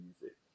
music